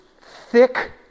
thick